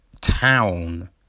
town